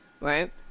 right